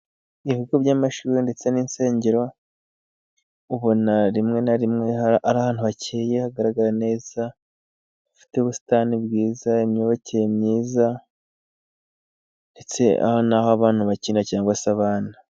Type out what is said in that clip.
Ibigo by'amashuri ndetse n'insengero, ubona rimwe na rimwe ari ahantu hakeye hagaragara neza. Hafite ubusitani bwiza, imyubakire myiza ndetse n'aho abantu bakinira cyangwa se abana.